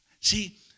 See